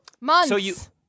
Months